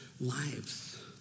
lives